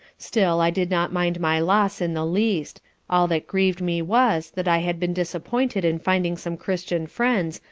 still i did not mind my loss in the least all that grieved me was, that i had been disappointed in finding some christian friends,